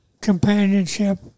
Companionship